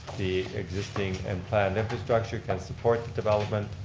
the existing and planned infrastructure can support the development